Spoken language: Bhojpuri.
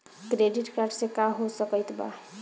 क्रेडिट कार्ड से का हो सकइत बा?